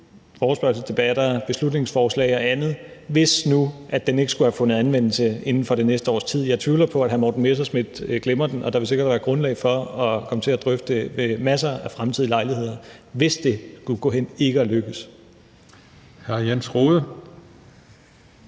forespørgselsdebatter, beslutningsforslag og andet, hvis nu den ikke skulle have fundet anvendelse inden for det næste års tid. Jeg tvivler på, at hr. Morten Messerschmidt glemmer den, og der vil sikkert være grundlag for at komme til at drøfte den ved masser af fremtidige lejligheder, hvis det skulle gå hen ikke at lykkes.